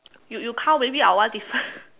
you you count maybe our one different